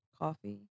coffee